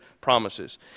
promises